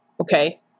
Okay